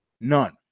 none